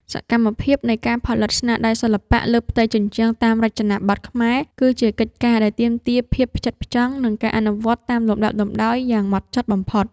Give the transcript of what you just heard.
សកម្មភាពនៃការផលិតស្នាដៃសិល្បៈលើផ្ទៃជញ្ជាំងតាមរចនាបថខ្មែរ គឺជាកិច្ចការដែលទាមទារភាពផ្ចិតផ្ចង់ និងការអនុវត្តតាមលំដាប់លំដោយយ៉ាងហ្មត់ចត់បំផុត។